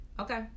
Okay